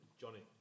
Johnny